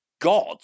God